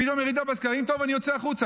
פתאום ירידה בסקרים: טוב, אני יוצא החוצה.